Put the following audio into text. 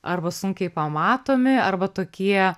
arba sunkiai pamatomi arba tokie